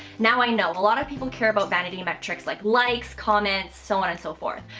now i know a lot of people care about vanity metrics like likes, comments, so on and so forth.